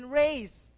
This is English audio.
race